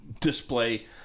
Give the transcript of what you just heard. display